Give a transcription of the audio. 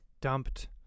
dumped